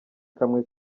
kamwe